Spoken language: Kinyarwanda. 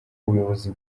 ubuyobozi